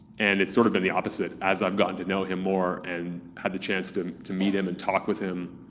and it's sort of been the opposite as i've gotten to know him more and had the chance to to meet him and talk with him.